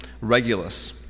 Regulus